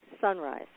sunrise